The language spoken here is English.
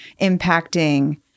impacting